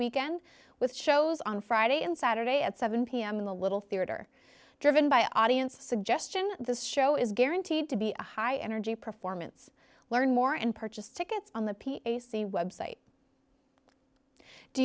weekend with shows on friday and saturday at seven pm in the little theater driven by audience suggestion this show is guaranteed to be a high energy performance learn more and purchase tickets on the p a c website do